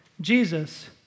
Jesus